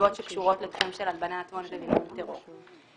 סיבות שקשורות לתחום של הלבנת הון ומימון טרור.